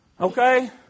Okay